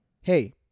hey